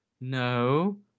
no